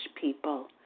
people